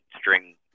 string